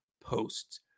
posts